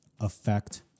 affect